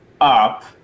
up